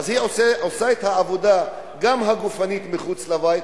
אז היא עושה את העבודה, גם הגופנית, מחוץ לבית,